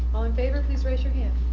all in favor please raise your hand.